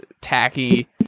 tacky